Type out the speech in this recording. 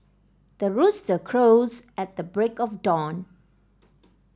the rooster crows at the break of dawn